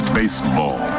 baseball